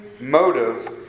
motive